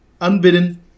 Unbidden